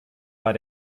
war